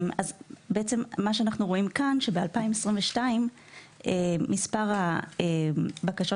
אנחנו רואים כאן שב-2022 מספר הבקשות